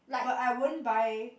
but I won't buy